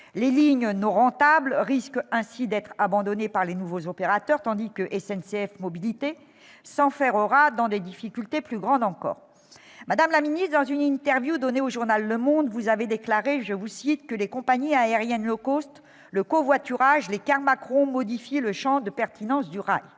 Les lignes non rentables risquent ainsi d'être abandonnées par les nouveaux opérateurs, tandis que SNCF Mobilités s'enferrera dans des difficultés plus grandes encore. Madame la ministre, dans une interview donnée au journal, vous avez déclaré que « les compagnies aériennes, le covoiturage, les cars Macron modifient le champ de pertinence du rail